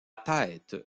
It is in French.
tête